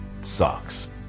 sucks